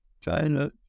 China